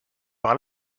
par